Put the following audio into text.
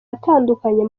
atandukanye